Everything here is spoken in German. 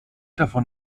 davon